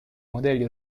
modelli